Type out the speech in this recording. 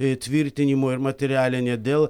įtvirtinimo ir materialinę dėl